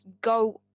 go